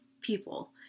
people